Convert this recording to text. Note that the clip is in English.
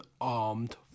armed